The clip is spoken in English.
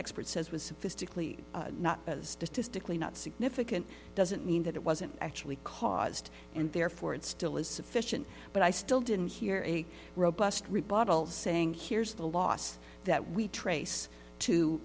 expert says was physically not as distinctly not significant doesn't mean that it wasn't actually caused and therefore it still is sufficient but i still didn't hear a robust rebuttal saying here's the last that we trace to